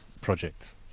project